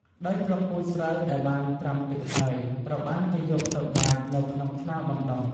ដោយគ្រាប់ពូជស្រូវដែលបានត្រាំទឹកហើយ ត្រូវបានគេយកទៅបាចនៅក្នុងថ្នាលបណ្ដុះ។